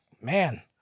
man